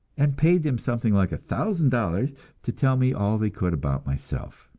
and paid them something like a thousand dollars to tell me all they could about myself.